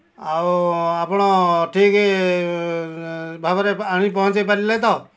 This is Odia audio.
ଆଉ ଆପଣ ଠିକ୍ ଭାବରେ ଆଣିକି ପହଞ୍ଚେଇ ପାରିଲେ ତ